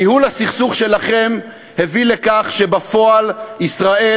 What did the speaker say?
ניהול הסכסוך שלכם הביא לכך שבפועל ישראל